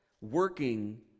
working